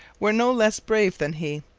were no less brave than he,